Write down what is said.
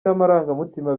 n’amarangamutima